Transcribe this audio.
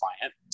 client